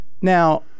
now